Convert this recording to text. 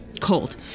cold